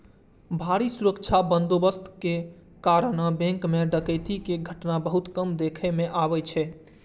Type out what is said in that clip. भारी सुरक्षा बंदोबस्तक कारणें बैंक मे डकैती के घटना बहुत कम देखै मे अबै छै